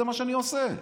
זה מה שאני עושה.